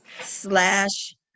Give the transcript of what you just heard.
slash